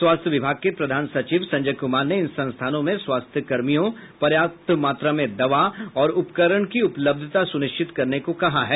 स्वास्थ्य विभाग के प्रधान सचिव संजय कुमार ने इन संस्थानों में स्वास्थकर्मियों पर्याप्त मात्रा में दवा और उपकरण की उपलब्धता सुनिश्चित करने को कहा है